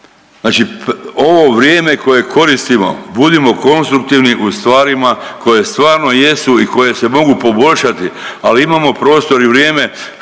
Znači ovo vrijeme koristimo budimo konstruktivni u stvarima koje stvarno jesu i koje se mogu poboljšati, ali imamo prostor i vrijeme,